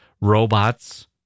robots